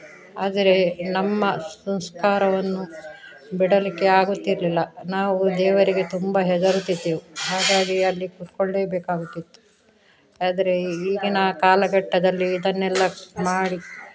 ಆದರೆ ನಮ್ಮ ಸಂಸ್ಕಾರವನ್ನು ಬಿಡಲಿಕ್ಕೆ ಆಗುತ್ತಿರಲಿಲ್ಲ ನಾವು ದೇವರಿಗೆ ತುಂಬ ಹೆದರುತ್ತಿದ್ದೆವು ಹಾಗಾಗಿ ಅಲ್ಲಿ ಕೂತ್ಕೊಳ್ಳೇಬೇಕಾಗುತ್ತಿತ್ತು ಆದರೆ ಈಗಿನ ಕಾಲಘಟ್ಟದಲ್ಲಿ ಇದನ್ನೆಲ್ಲ ಮಾಡಿ